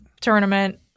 tournament